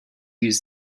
use